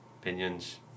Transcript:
Opinions